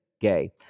gay